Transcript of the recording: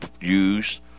use